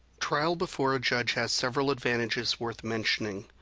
trial before a judge has several advantages worth mentioning.